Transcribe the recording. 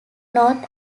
north